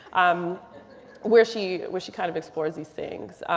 um where she where she kind of explores these things.